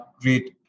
great